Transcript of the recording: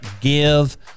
give